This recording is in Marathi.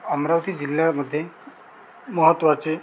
अमरावती जिल्ह्यामध्ये महत्त्वाचे